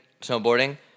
snowboarding